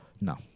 No